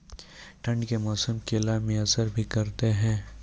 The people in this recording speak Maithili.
ठंड के मौसम केला मैं असर भी करते हैं?